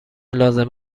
لازم